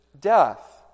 death